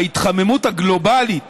ההתחממות הגלובלית